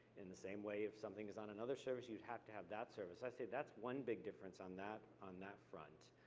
and the same way, if something is on another service, you'd have to have that service. i'd say that's one big difference on that on that front.